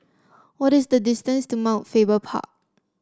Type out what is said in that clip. what is the distance to Mount Faber Park